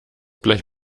blech